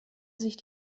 sich